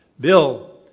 Bill